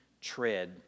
tread